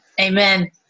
amen